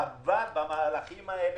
במהלכים האלה,